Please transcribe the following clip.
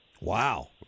Wow